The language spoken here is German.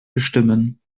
bestimmen